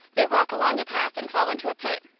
they walk along a path and fall into a pit.